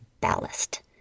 ballast